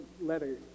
letter